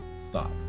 stop